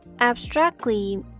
Abstractly